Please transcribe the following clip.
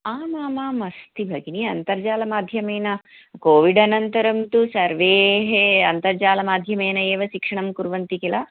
आमामाम् अस्ति भगिनी अन्तर्जालमाध्यमेन कोविड् अनन्तरं तु सर्वेः अन्तर्जालमाध्यमेन एव शिक्षणं कुर्वन्ति किल